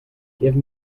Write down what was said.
give